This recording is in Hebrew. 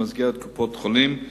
במסגרת קופות-החולים,